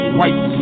white